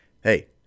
hey